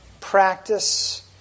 practice